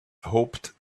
hoped